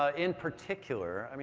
ah in particular, i mean